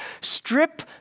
strip